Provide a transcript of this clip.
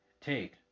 take